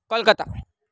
Calcutta